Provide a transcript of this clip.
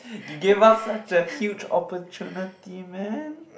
you gave us such a huge opportunity man